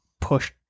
push